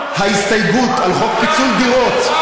ההסתייגות על חוק פיצול דירות,